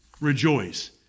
Rejoice